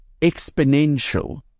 exponential